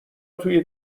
توی